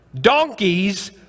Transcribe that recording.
donkeys